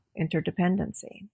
interdependency